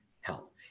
help